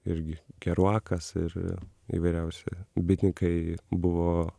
irgi keruakas ir įvairiausi bitininkai buvo